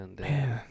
Man